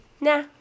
nah